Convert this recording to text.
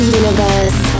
universe